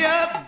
up